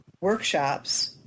workshops